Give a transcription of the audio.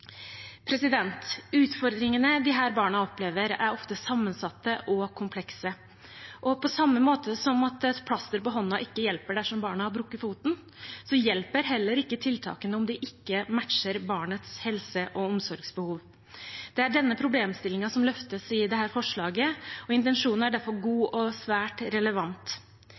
barna opplever, er ofte sammensatte og komplekse, og på samme måte som at et plaster på hånda ikke hjelper dersom barnet har brukket foten, hjelper heller ikke tiltakene om de ikke matcher barnets helse- og omsorgsbehov. Det er denne problemstillingen som løftes i dette forslaget. Intensjonen er derfor god og svært relevant.